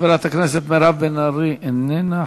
חברת הכנסת מירב בן ארי, איננה.